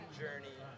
journey